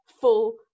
full